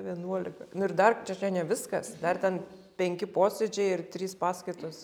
vienuolika nu ir dar čia čia ne viskas dar ten penki posėdžiai ir trys paskaitos